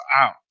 out